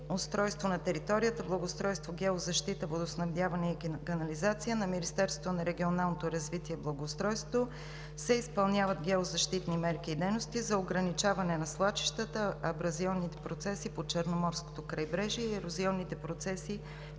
на територията, благоустройство, геозащита, водоснабдяване и канализация“ на Министерството на регионалното развитие и благоустройството се изпълняват геозащитни мерки и дейности за ограничаване на свлачищата, абразионните процеси по Черноморското крайбрежие и ерозионните процеси